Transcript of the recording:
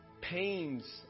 pains